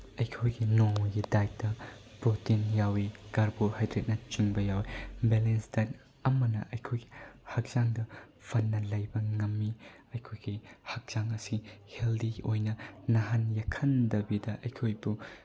ꯑꯩꯈꯣꯏꯒꯤ ꯅꯣꯡꯃꯒꯤ ꯗꯥꯏꯠꯇ ꯄ꯭ꯔꯣꯇꯤꯟ ꯌꯥꯎꯏ ꯀꯥꯔꯕꯣꯍꯥꯏꯗ꯭ꯔꯦꯠꯅꯆꯤꯡꯕ ꯌꯥꯎꯏ ꯕꯦꯂꯦꯟꯁ ꯗꯥꯏꯠ ꯑꯃꯅ ꯑꯩꯈꯣꯏ ꯍꯛꯆꯥꯡꯗ ꯐꯅ ꯂꯩꯕ ꯉꯝꯃꯤ ꯑꯩꯈꯣꯏꯒꯤ ꯍꯛꯆꯥꯡ ꯑꯁꯤ ꯍꯦꯜꯗꯤ ꯑꯣꯏꯅ ꯅꯥꯍꯟ ꯌꯦꯛꯍꯟꯗꯕꯤꯗ ꯑꯩꯈꯣꯏꯕꯨ